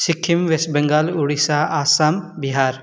Sikkim West Bengal Odisha Assam Bihar